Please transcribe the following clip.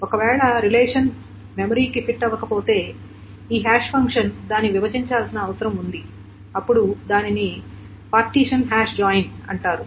ఒకవేళ relation memory కి fit అవ్వకపోతే ఈ హాష్ ఫంక్షన్ దానిని విభజించాల్సిన అవసరం ఉంది అప్పుడు దానిని పార్టీషన్ హాష్ జాయిన్ అంటారు